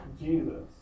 Jesus